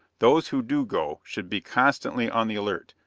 those who do go should be constantly on the alert,